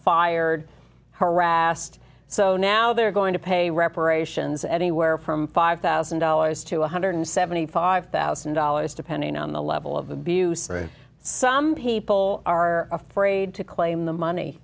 fired harassed so now they're going to pay reparations anywhere from five thousand dollars to one hundred and seventy five thousand dollars depending on the level of abuse some people are afraid to claim the money